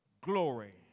glory